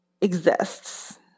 exists